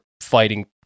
fighting